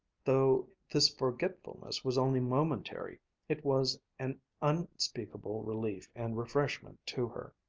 though this forgetfulness was only momentary it was an unspeakable relief and refreshment to her.